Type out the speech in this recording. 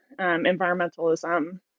environmentalism